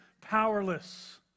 powerless